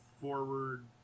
forward